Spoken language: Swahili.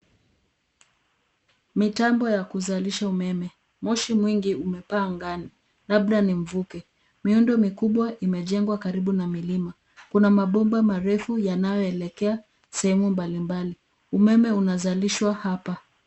Mitambo ya kuzalisha umeme, moshi mwingi umepaa angani labda ni mvuke. Miundo mikubwa imejengwa karibu na milima, kuna mabomba marefu yanayoelekea sehemu mbalimbali. Umeme unazalishwa hapa.